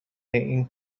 این